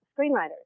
screenwriters